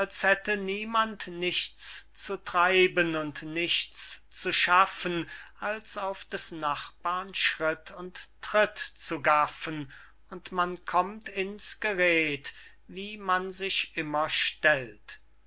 hätte niemand nichts zu treiben und nichts zu schaffen als auf des nachbarn schritt und tritt zu gaffen und man kommt in's gered wie man sich immer stellt